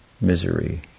misery